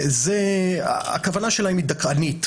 הכוונה שלהם היא דכאנית.